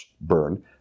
burn